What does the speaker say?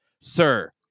sir